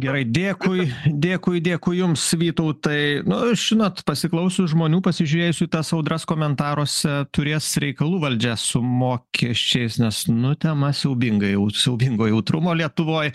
gerai dėkui dėkui dėkui jums vytautai nu žinot pasiklausius žmonių pasižiūrėjus į tas audras komentaruose turės reikalų valdžia su mokesčiais nes nu tema siaubingai jau siaubingo jautrumo lietuvoj